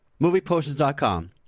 MoviePosters.com